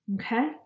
okay